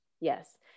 Yes